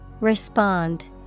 Respond